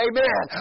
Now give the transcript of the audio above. Amen